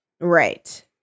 right